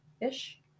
Ish